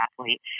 athlete